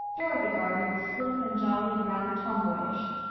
dorothy gardner was slim and jolly and rather tomboyish.